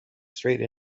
straight